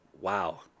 wow